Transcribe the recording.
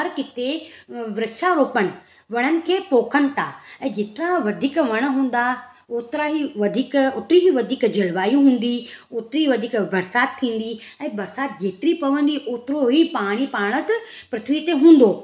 हर किथे वृक्षारोपण वणनि खे पोखनि था ऐं जेतिरा वधीक वण हूंदा ओतिरा ई वधीक ओतिरी ई वधीक जलवायु हूंदी ओतिरी ई वधीक बरसाति थींदी ऐं बरसाति जेतिरी पवंदी ओतिरो ई पाणी पाणत पृथ्वी ते हूंदो